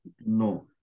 No